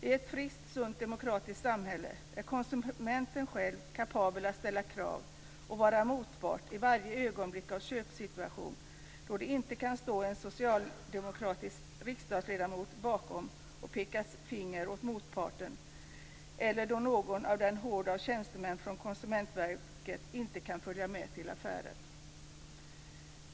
I ett friskt, sunt demokratiskt samhälle är konsumenten själv kapabel att ställa krav och vara motpart i varje ögonblick av en köpsituation då det inte kan stå en socialdemokratisk riksdagsledamot bakom och peka finger åt motparten eller då inte någon i horden av tjänstemän från Konsumentverket kan följa med till affären.